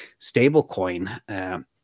stablecoin